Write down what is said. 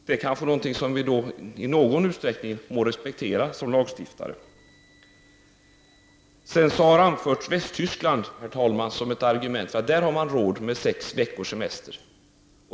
Det kanske är något som vi som lagstiftare i någon utsträckning må respektera. Västtyskland har anförts som ett argument. Där har man råd med sex veckors semester.